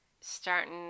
starting